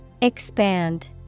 Expand